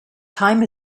time